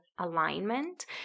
alignment